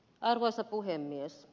arvoisa puhemies